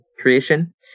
creation